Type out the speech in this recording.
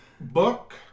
Book